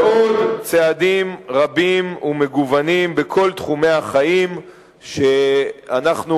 ועוד צעדים רבים ומגוונים בכל תחומי החיים שאנחנו